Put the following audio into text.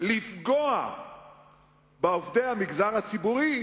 לפגוע בעובדי המגזר הציבורי,